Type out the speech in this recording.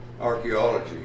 archaeology